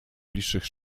bliższych